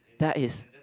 that is